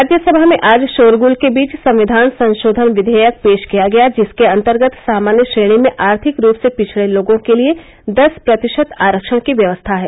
राज्यसभा में आज शोरगुल के बीच संविधान संशोधन विधेयक पेश किया गया जिसके अंतर्गत सामान्य श्रेणी में आर्थिक रूप से पिछड़े लोगों के लिए दस प्रतिशत आरक्षण की व्यवस्था है